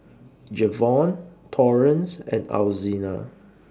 Jevon Torrence and Alzina